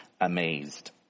amazed